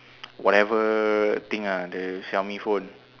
whatever thing ah the Xiaomi phone